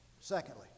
Secondly